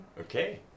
okay